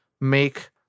make